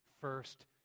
first